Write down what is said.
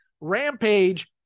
rampage